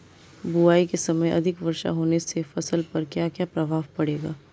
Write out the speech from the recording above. बुआई के समय अधिक वर्षा होने से फसल पर क्या क्या प्रभाव पड़ेगा?